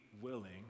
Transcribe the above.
willing